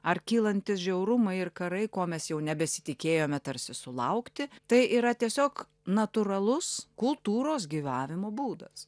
ar kylantys žiaurumai ir karai ko mes jau nebesitikėjome tarsi sulaukti tai yra tiesiog natūralus kultūros gyvavimo būdas